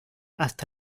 hasta